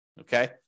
Okay